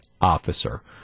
officer